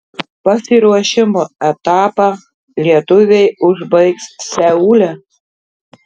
pasiruošimo etapą lietuviai užbaigs seule